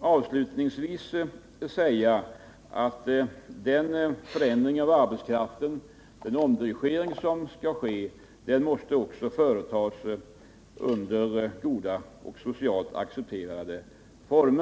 Avslutningsvis vill jag säga att den omdirigering av arbetskraften som skall ske också måste företas under goda och socialt acceptabla former.